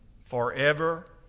forever